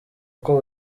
kuko